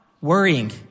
worrying